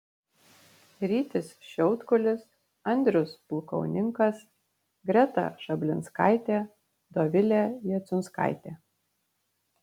rytis šiautkulis andrius pulkauninkas greta šablinskaitė dovilė jaciunskaitė